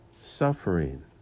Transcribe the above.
suffering